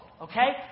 okay